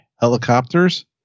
Helicopters